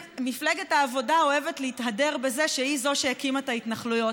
מפלגת העבודה אוהבת להתהדר בזה שהיא שהקימה את ההתנחלויות,